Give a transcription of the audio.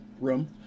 room